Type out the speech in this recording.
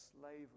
slavery